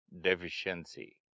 deficiency